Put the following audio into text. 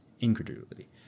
incredulity